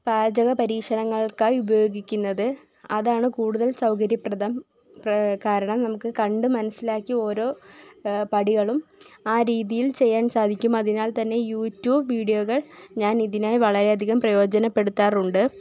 പാചക പരീഷണങ്ങള്ക്കായി ഉപയോഗിക്കുന്നത് അതാണ് കൂടുതൽ സൗകര്യപ്രദം കാരണം നമുക്ക് കണ്ട് മനസ്സിലാക്കി ഓരോ പടികളും ആ രീതിയില് ചെയ്യാന് സാധിക്കും അതിനാല് തന്നെ യൂറ്റൂബ് വീഡിയോകൾ ഞാനതിനായി വളരെയധികം പ്രയോജനപ്പെടുത്താറുണ്ട്